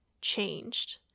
changed